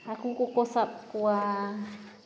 ᱦᱟᱹᱠᱩ ᱠᱚᱠᱚ ᱥᱟᱵ ᱠᱚᱣᱟ